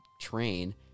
train